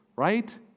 right